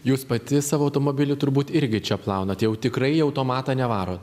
jūs pati savo automobilį turbūt irgi čia plaunat jau tikrai į automatą nevarot